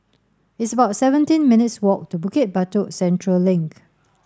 it's about seventeen minutes' walk to Bukit Batok Central Link